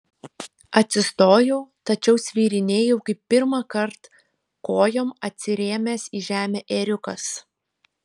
atsistojau tačiau svyrinėjau kaip pirmąkart kojom atsirėmęs į žemę ėriukas